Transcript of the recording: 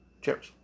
Cheers